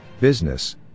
Business